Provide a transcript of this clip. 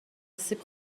سیب